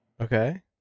Okay